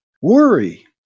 Worry